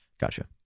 Gotcha